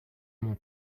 mon